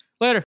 later